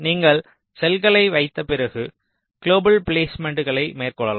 நீங்கள் செல்களை வைத்த பிறகு குளோபல் பிலேஸ்மேன்ட்களை மேற்கொள்ளலாம்